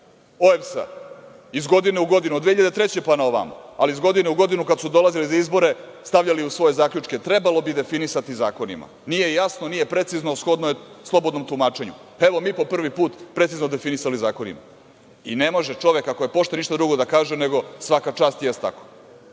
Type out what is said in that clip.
OEPS-a iz godine u godinu. Od 2003. pa na ovamo, ali iz godine u godinu kada su dolazili na izbore, stavljali su u svoje zaključke – trebalo bi definisati zakonima, nije jasno, nije precizno, shodno je slobodnom tumačenju. Evo mi po prvi put precizno definisali zakonima i ne može čovek, ako je pošten ništa drugo da kaže nego svaka čast, jeste tako.